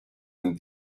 and